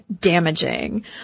damaging